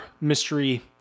mystery